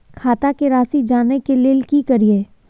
खाता के राशि जानय के लेल की करिए?